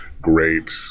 great